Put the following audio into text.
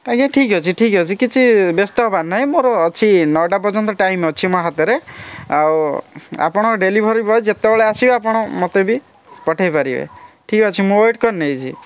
ଆଜ୍ଞା ଠିକ୍ ଅଛି ଠିକ୍ ଅଛି କିଛି ବ୍ୟସ୍ତ ହେବାର ନାହିଁ ମୋର ଅଛି ନଅଟା ପର୍ଯ୍ୟନ୍ତ ଟାଇମ୍ ଅଛି ମୋ ହାତରେ ଆଉ ଆପଣଙ୍କର ଡେଲିଭରୀ ବୟ୍ ଯେତେବେଳେ ଆସିବେ ଆପଣ ମୋତେ ବି ପଠାଇପାରିବେ ଠିକ୍ ଅଛି ମୁଁ ୱେଟ୍ କରିନେଇଛି